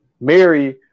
Mary